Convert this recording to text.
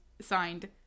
signed